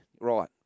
right